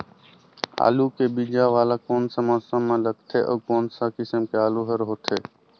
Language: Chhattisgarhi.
आलू के बीजा वाला कोन सा मौसम म लगथे अउ कोन सा किसम के आलू हर होथे?